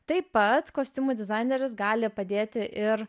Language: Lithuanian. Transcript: taip pat kostiumų dizaineris gali padėti ir